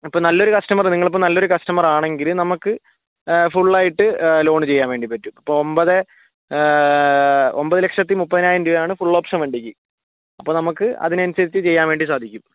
ഇപ്പോൾ നാല്ലൊരു കസ്റ്റമറ് നിങ്ങളിപ്പോൾ നല്ലൊരു കസ്റ്റമറാണെങ്കിൽ നമ്മൾക്ക് ഫുള്ളായിട്ട് ലോണ് ചെയ്യാൻ വണ്ടിപ്പറ്റും ഇപ്പോൾ ഒമ്പത് ഒമ്പതു ലക്ഷത്തി മുപ്പതിനായിരം രൂപയാണ് ഫുൾ ഓപ്ഷൻ വണ്ടിക്ക് അപ്പോൾ നമുക്ക് അതിനനുസരിച്ച് ചെയ്യാൻ വേണ്ടി സാധിക്കും